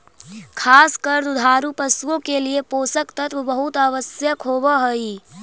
खास कर दुधारू पशुओं के लिए पोषक तत्व बहुत आवश्यक होवअ हई